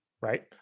right